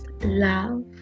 Love